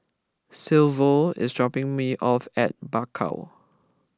Silvio is dropping me off at Bakau